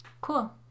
Cool